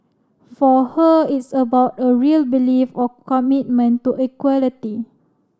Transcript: for her it's about a real belief of commitment to equality